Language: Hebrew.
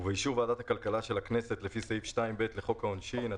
ובאישור וועדת הכלכלה של הכנסת לפי סעיף 2(ב) לחוק העונשין,